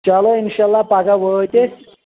چلو انشاء اللہ پگہہ وٲتۍ أسۍ